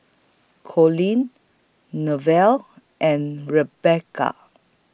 Colleen Nevaeh and Rebecca